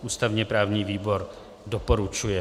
Ústavněprávní výbor doporučuje.